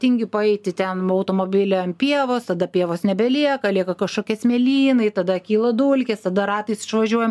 tingi paeiti ten automobilį ant pievos tada pievos nebelieka lieka kažkokie smėlynai tada kyla dulkės tada ratais išvažiuojam